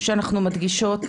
שאנחנו מדגישות,